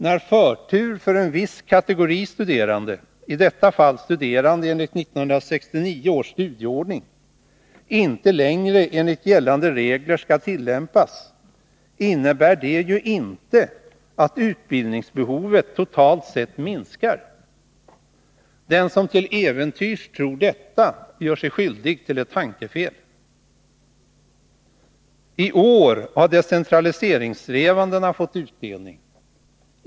När förtur för en viss kategori studerande — i detta fall studerande enligt 1969 års studieordning — inte längre enligt gällande regler skall tillämpas, innebär det ju inte att utbildningsbehoven totalt sett minskar. Den som till äventyrs tror detta gör sig skyldig till ett tankefel. I år har decentraliseringssträvandena fått utdelning.